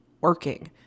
working